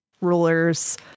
rulers